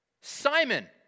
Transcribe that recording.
Simon